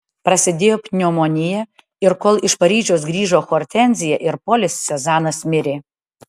prasidėjo pneumonija ir kol iš paryžiaus grįžo hortenzija ir polis sezanas mirė